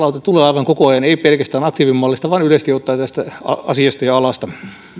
tulee aivan koko ajan ei pelkästään aktiivimallista vaan yleisesti ottaen tästä asiasta ja alasta